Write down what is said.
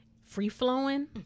free-flowing